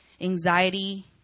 anxiety